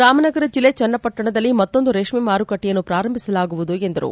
ರಾಮನಗರ ಜಿಲ್ಲೆ ಚನ್ನಪಟ್ಷಣದಲ್ಲಿ ಮತ್ತೊಂದು ರೇಷ್ನೆ ಮಾರುಕಟ್ಟೆಯನ್ನು ಪ್ರಾರಂಭಿಸಲಾಗುವುದೆಂದರು